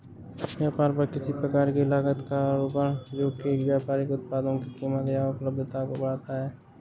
व्यापार पर किसी प्रकार की लागत का आरोपण जो कि व्यापारिक उत्पादों की कीमत या उपलब्धता को बढ़ाता है